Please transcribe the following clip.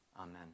Amen